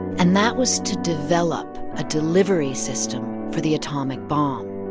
and that was to develop a delivery system for the atomic bomb.